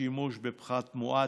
שימוש בפחת מואץ,